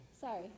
sorry